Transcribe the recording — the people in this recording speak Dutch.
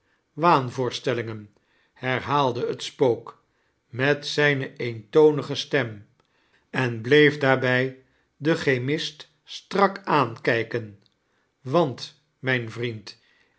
waan-voorstllingen herhaalde het spook met zijne eentonige stem en bleef daarbij den chemist strak aankijken want mijn vriend